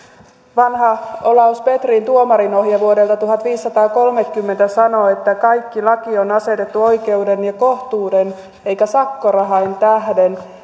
vanha olaus petrin tuomarinohje vuodelta tuhatviisisataakolmekymmentä sanoo että kaikki laki on asetettu oikeuden ja kohtuuden eikä sakkorahain tähden